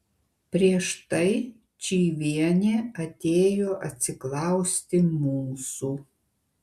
prieš tai čyvienė atėjo atsiklausti mūsų